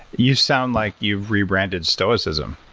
you sound like you've rebranded stoicism.